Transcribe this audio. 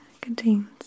contains